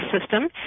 system